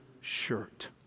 shirt